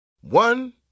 One